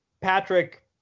Patrick